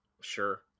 sure